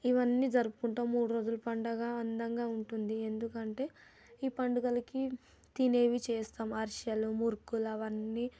ఇవన్నీ జరుపుకుంటాం మూడు రోజుల పండుగ అందంగా ఉంటుంది ఎందుకంటే ఈ పండుగలకు తినేవి చేస్తాం అరిసెలు మురుకులు అవన్నీ